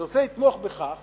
אני רוצה לתמוך בכך